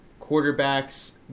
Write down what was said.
quarterbacks